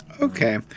okay